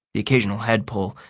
the occasional head pull.